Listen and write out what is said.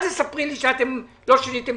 אל תספרי לי שלא שיניתם.